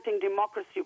democracy